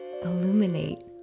illuminate